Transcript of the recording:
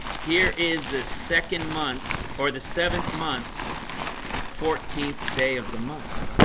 here is the second month or the seventh month fourteenth day of the month